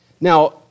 Now